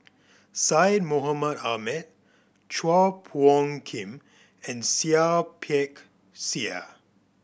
Syed Mohamed Ahmed Chua Phung Kim and Seah Peck Seah